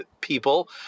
people